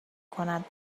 کند